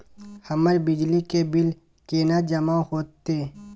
हमर बिजली के बिल केना जमा होते?